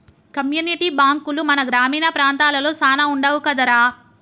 community బాంకులు మన గ్రామీణ ప్రాంతాలలో సాన వుండవు కదరా